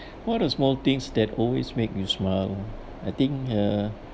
what are small things that always makes you smile I think uh